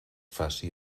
faci